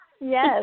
Yes